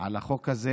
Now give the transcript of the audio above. על החוק הזה.